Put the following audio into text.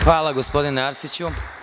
Hvala, gospodine Arsiću.